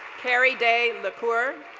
kari day-lucore.